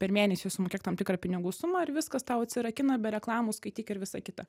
per mėnesį sumokėk tam tikrą pinigų sumą ir viskas tau atsirakina be reklamų skaityk ir visa kita